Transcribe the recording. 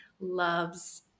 loves